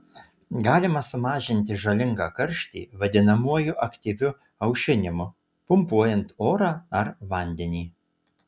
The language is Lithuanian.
galima sumažinti žalingą karštį vadinamuoju aktyviu aušinimu pumpuojant orą ar vandenį